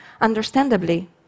understandably